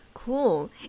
Cool